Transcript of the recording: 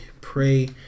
pray